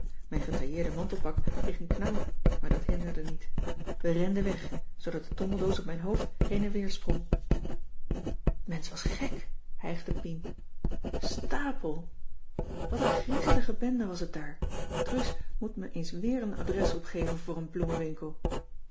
mijn getailleerde mantelpak kreeg een knauw maar dat hinderde niet we renden weg zoodat de tondeldoos op mijn hoofd heen en weer sprong cissy van marxveldt de h b s tijd van joop ter heul t mensch was gek hijgde pien stàpel wat een griezelige bende was het daar truus moet me eens weer een adres opgeven voor een